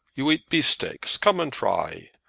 you eat beefsteaks. come and try.